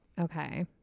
Okay